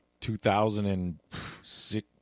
2006